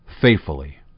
faithfully